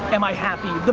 am i happy?